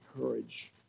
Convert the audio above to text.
courage